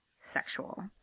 Sexual